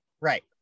Right